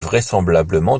vraisemblablement